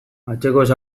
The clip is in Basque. atzekoz